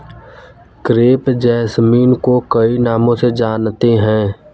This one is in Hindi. क्रेप जैसमिन को कई नामों से जानते हैं